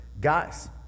guys